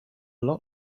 lot